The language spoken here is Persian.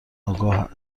آگاه